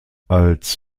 als